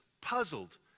puzzled